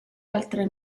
altre